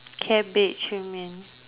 cabbage you mean